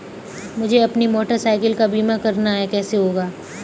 मुझे अपनी motorcycle का बीमा करना है कैसे होगा?